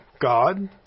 God